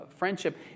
friendship